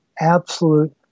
absolute